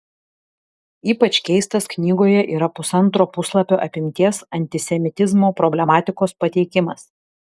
ypač keistas knygoje yra pusantro puslapio apimties antisemitizmo problematikos pateikimas